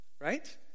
right